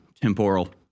temporal